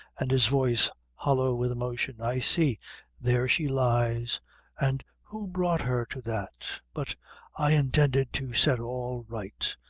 and his voice hollow with emotion i see there she lies and who brought her to that? but i intended to set all right.